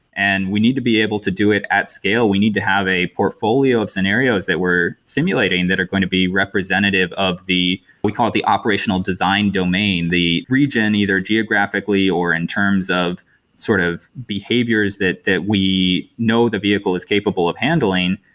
and we need to be able to do it at scale. we need to have a portfolio of scenarios that we're simulating that are going to be representative of the we call the operational design domain, the region either geographically or in terms of sort of behaviors that that we know the vehicle is capable of handling.